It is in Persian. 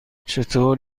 چطور